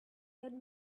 and